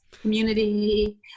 community